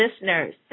listeners